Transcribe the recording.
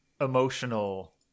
emotional